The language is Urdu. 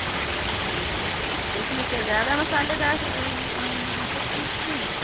اچھا تو اس میں کیا زیادہ مسالے دار سب چیز تھی